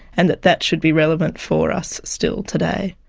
and that that should be relevant for us still today.